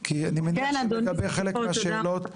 שלך בחלק הזה של הדיון.